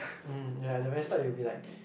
hmm yeah the best part will be like